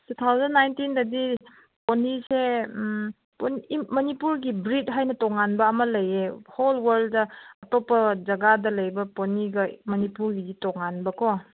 two thousand ꯅꯥꯏꯟꯇꯤꯟꯗꯗꯤ ꯄꯣꯅꯤꯁꯦ ꯃꯅꯤꯄꯨꯔꯒꯤ ꯕ꯭ꯔꯤꯠ ꯍꯥꯏꯅ ꯇꯣꯉꯥꯟꯕ ꯑꯃ ꯂꯩꯌꯦ ꯍꯣꯜ ꯋꯥꯔꯜꯗ ꯑꯇꯣꯞꯄ ꯖꯒꯥꯗ ꯂꯩꯕ ꯄꯣꯅꯤꯒ ꯃꯅꯤꯄꯨꯔꯒꯤꯁꯤ ꯇꯣꯉꯥꯟꯕꯀꯣ